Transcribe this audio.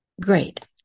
great